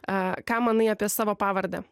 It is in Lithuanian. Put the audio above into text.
a ką manai apie savo pavardę